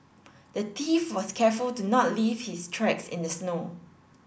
the thief was careful to not leave his tracks in the snow